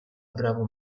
bravo